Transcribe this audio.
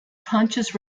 conscious